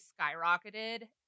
skyrocketed